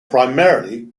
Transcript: primarily